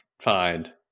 find